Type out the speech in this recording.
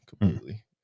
completely